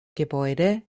gebäude